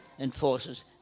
enforces